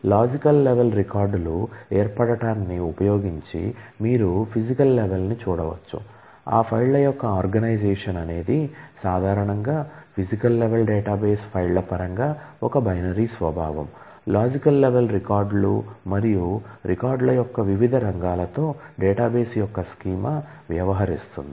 logical level వ్యవహరిస్తుంది